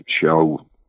show